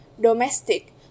domestic